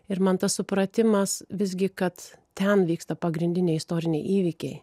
ir man tas supratimas visgi kad ten vyksta pagrindiniai istoriniai įvykiai